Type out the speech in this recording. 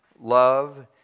Love